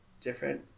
different